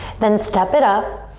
then step it up.